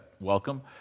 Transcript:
welcome